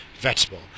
vegetable